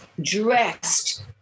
dressed